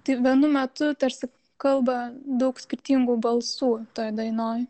tai vienu metu tarsi kalba daug skirtingų balsų toj dainoj